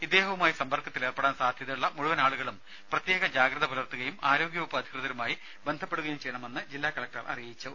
ഇദ്ദേഹവുമായി സമ്പർക്കത്തിലേർപ്പെടാൻ സാധ്യതയുള്ള മുഴുവൻ ആളുകളും പ്രത്യേക ജാഗ്രത പുലർത്തുകയും ആരോഗ്യ വകുപ്പ് അധികൃതരുമായി ബന്ധപ്പെടുകയും ചെയ്യണമെന്ന് കണ്ണൂർജില്ലാ കലക്ടർ അറിയിച്ചു